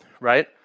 right